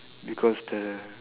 because the